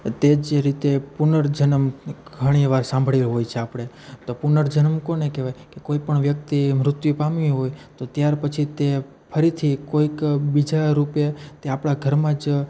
તેજ રીતે પુનર્જન્મ ઘણીવાર સાંભળ્યા હોય છે આપણે તો પુનર્જન્મ કોને કહેવાય કે કોઈપણ વ્યક્તિ મૃત્યુ પામ્યું હોય તો ત્યાર પછી તે ફરીથી કોઈક બીજા રૂપે તે આપણા ઘરમાં જ